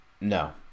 no